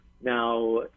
Now